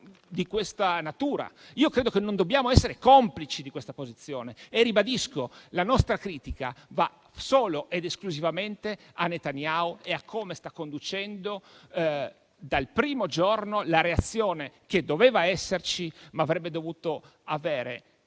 di questa natura? Io credo che non dobbiamo essere complici di una tale posizione e ribadisco che la nostra critica va solo ed esclusivamente a Netanyahu e a come sta conducendo dal primo giorno la reazione che doveva esserci, ma che avrebbe dovuto avere